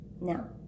now